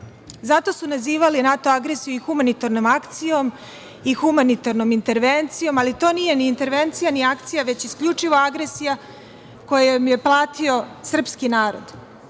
Zato su nazivali NATO agresiju humanitarnom akcijom i humanitarnom intervencijom, ali to nije ni intervencija ni akcija, već isključivo agresija kojom je platio srpski narod. Nama